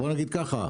בוא נגיד ככה: